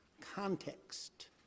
context